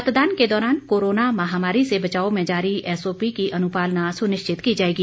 मतदान के दौरान कोरोना महामारी से बचाव में जारी एसओपी की अनुपालना सुनिश्चित की जाएगी